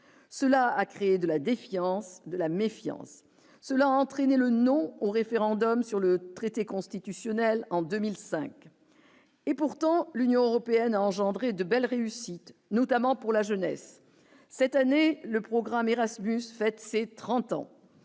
cela a créé de la défiance de la méfiance, cela entraîne le non au référendum sur le traité constitutionnel en 2005 et pourtant l'Union européenne a engendré de belles réussites, notamment pour la jeunesse, cette année le programme Erasmus fête ses 30 ans,